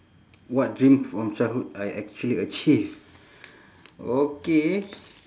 what dreams from childhood I actually achieve okay